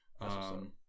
Awesome